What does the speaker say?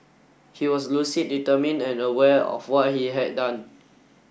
he was lucid determined and aware of what he had done